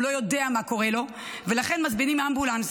הוא לא יודע מה קורה לו, ולכן מזמינים אמבולנס.